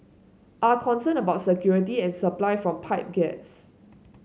are concerned about security and supply from pipe gas